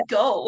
go